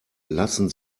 lassen